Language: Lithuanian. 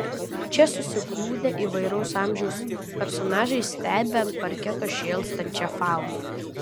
čia susigrūdę įvairaus amžiaus personažai stebi ant parketo šėlstančią fauną